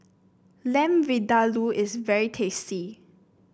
Lamb Vindaloo is very tasty